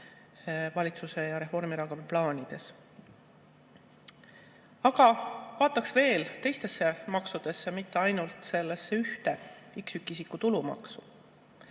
valitsuse ja Reformierakonna plaanides. Aga vaataks veel teistesse maksudesse, mitte ainult sellesse ühte, üksikisiku tulumaksu.